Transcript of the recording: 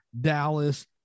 Dallas